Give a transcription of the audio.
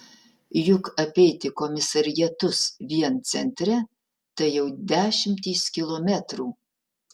juk apeiti komisariatus vien centre tai jau dešimtys kilometrų